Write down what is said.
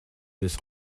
this